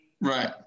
Right